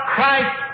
Christ